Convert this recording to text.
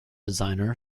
designer